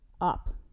up